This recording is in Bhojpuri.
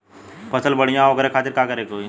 फसल बढ़ियां हो ओकरे खातिर का करे के होई?